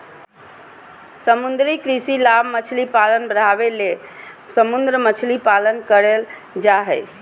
समुद्री कृषि लाभ मछली पालन बढ़ाबे ले समुद्र मछली पालन करल जय हइ